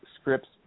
scripts